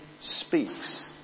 speaks